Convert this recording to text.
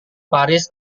paris